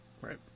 Right